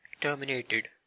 Terminated